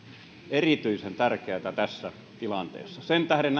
erityisen tärkeätä tässä tilanteessa sen tähden